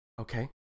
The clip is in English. Okay